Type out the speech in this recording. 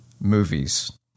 movies